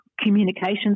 communications